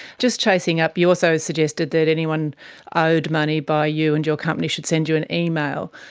just chasing up, you also suggested that anyone owed money by you and your company should send you an email.